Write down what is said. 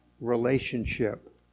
relationship